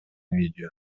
видео